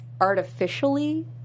artificially